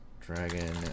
dragon